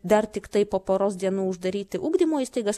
dar tiktai po poros dienų uždaryti ugdymo įstaigas